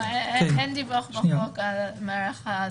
אין בחוק דרישה לדיווח על מערך ההסעות.